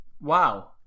Wow